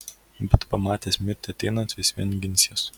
bet pamatęs mirtį ateinant vis vien ginsies